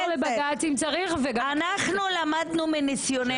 אנחנו נעתור לבג"צ אם צריך וגם --- אנחנו למדנו מניסיוננו